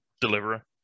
deliverer